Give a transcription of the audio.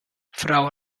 frau